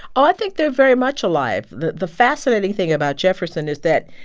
i think they're very much alive. the the fascinating thing about jefferson is that,